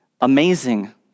amazing